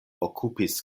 okupis